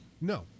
No